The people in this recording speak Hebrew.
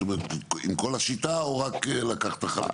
זאת אומרת עם כל השיטה או רק לקחת חלק?